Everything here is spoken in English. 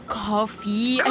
coffee